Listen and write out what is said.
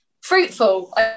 fruitful